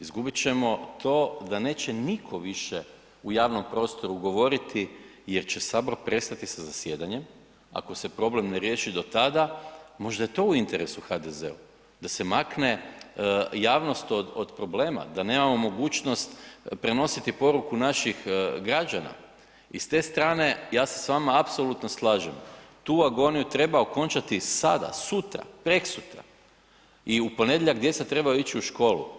Izgubit ćemo to da neće nitko više u javnom prostoru govoriti jer će Sabor prestati sa zasjedanjem ako se problem ne riješi do tada, možda je to u interesu HDFZ-u, da se makne javnost od problema, da nemamo mogućnost prenositi poruku naših građana i s te strane, ja se s vama apsolutno slažem, tu agoniju treba okončati sada, sutra, preksutra i u ponedjeljak djeca trebaju ići u školu.